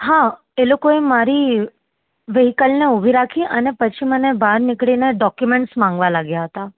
હા એ લોકોએ મારી વિહિકલને ઊભી રાખી અને પછી મને બાર નીકળીને ડોક્યુમેન્ટ્સ માંગવા લાગ્યા હતા